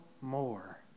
more